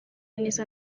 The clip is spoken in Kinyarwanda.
neza